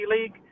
League